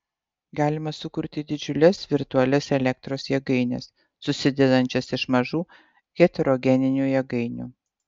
galima sukurti didžiules virtualias elektros jėgaines susidedančias iš mažų heterogeninių jėgainių